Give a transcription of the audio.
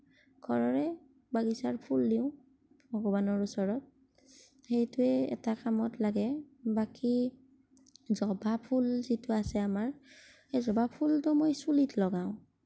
ঘৰৰে বাগিছাৰ ফুল দিও ভগৱানৰ ওচৰত সেইটোৱেই এটা কামত লাগে বাকি জবা ফুল যিটো আছে আমাৰ সেই জবা ফুলটো মই চুলিত লগাওঁ